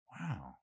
Wow